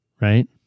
right